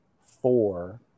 four